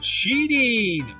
cheating